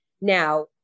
Now